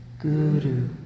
Guru